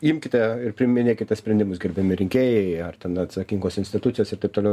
imkite ir priiminėkite sprendimus gerbiami rinkėjai ar ten atsakingos institucijos ir taip toliau